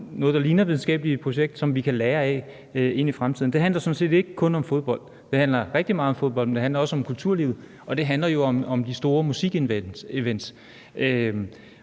noget, der ligner et videnskabeligt projekt, som vi kan lære af med henblik på fremtiden. Det handler sådan set ikke kun om fodbold. Det handler rigtig meget om fodbold, men det handler også om kulturlivet, og det handler jo om de store musikevents.